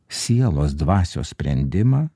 sielos dvasios sprendimą